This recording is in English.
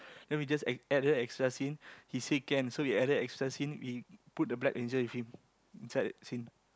then we just add added extra scene he said can so we added extra scene we put the black angel with him inside the scene